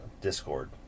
Discord